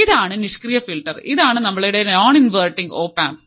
ഇതാണ് നിഷ്ക്രിയ ഫിൽട്ടർ ഇതാണ് നമ്മളുടെ നോൺ ഇൻവെർട്ടിങ് ഓപ് അമ്പ്